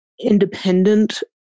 independent